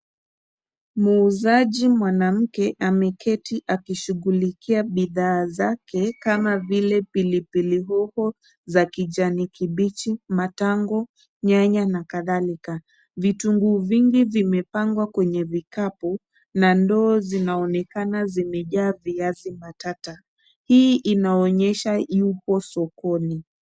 Muuzaji mwanamke ameketi akishughulikia bidhaa zake kama vile pili pili hoho za kijani kibichi .matangu ,nyanya na kadhalika vitunguu vingi vimepangwa kwenye vikapu na ndoo zinaonekana zimejaa viazi mbatata hii inaonyesha yupo sokoni.